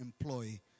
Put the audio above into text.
employee